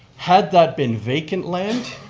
had that been vacant land,